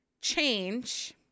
change